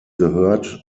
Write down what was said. gehört